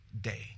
day